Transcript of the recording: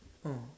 oh